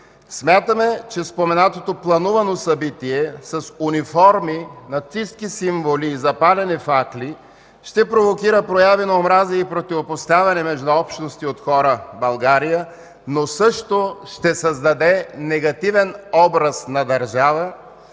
Смятаме, че споменатото планувано събитие с униформи, нацистки символи и запалени факли ще провокира прояви на омраза и противопоставяне между общности от хора в България, но също ще създаде негативен образ на държава,